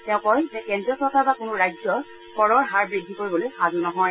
তেওঁ কয় যে কেন্দ্ৰীয় চৰকাৰ বা কোনো ৰাজ্য কৰৰ হাৰৰ বৃদ্ধি কৰিবলৈ সাজু নহয়